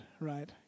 right